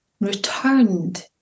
returned